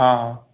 हाँ हाँ